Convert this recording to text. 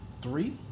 three